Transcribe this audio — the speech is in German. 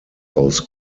aus